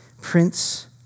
Prince